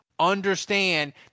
understand